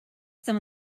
some